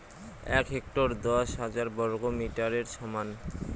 এক হেক্টর দশ হাজার বর্গমিটারের সমান